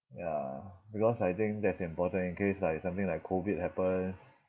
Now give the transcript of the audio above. ya because I think that's important in case like something like COVID happens